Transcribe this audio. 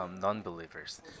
Non-believers